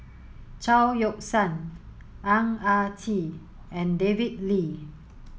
Chao Yoke San Ang Ah Tee and David Lee